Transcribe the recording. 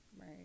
Right